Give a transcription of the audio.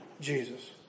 Jesus